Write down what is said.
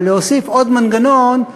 אבל להוסיף עוד מנגנון,